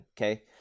Okay